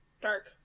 dark